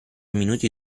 minuti